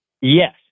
Yes